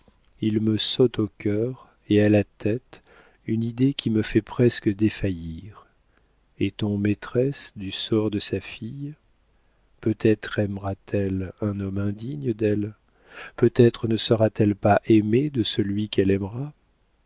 il me saute au cœur et à la tête une idée qui me fait presque défaillir est-on maîtresse du sort de sa fille peut-être aimera t elle un homme indigne d'elle peut-être ne sera-t-elle pas aimée de celui qu'elle aimera